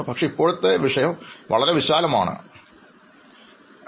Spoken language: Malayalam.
പക്ഷേ ഇപ്പോഴത്തെ വിഷയം വളരെ വിശാലമായതിനാൽ